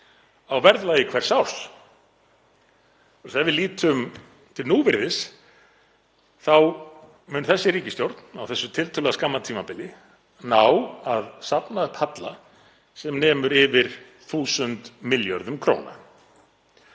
á verðlagi hvers árs. Þegar við lítum til núvirðis mun þessi ríkisstjórn á þessu tiltölulega skamma tímabili ná að safna upp halla sem nemur yfir 1.000 milljörðum kr.